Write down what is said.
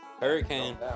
hurricane